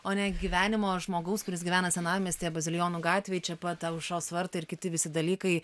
o ne gyvenimo žmogaus kuris gyvena senamiestyje bazilijonų gatvėj čia pat aušros vartai ir kiti visi dalykai